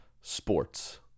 Sports